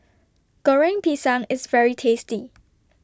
Goreng Pisang IS very tasty